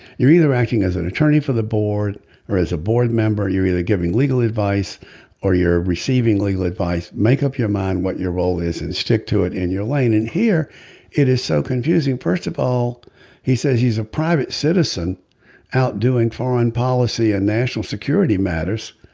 you're either acting as an attorney for the board or as a board member you really giving legal advice or you're receiving legal advice make up your mind what your role is and stick to it in your line and here it is so confusing first of all he says he's a private citizen outdoing foreign policy and national security matters.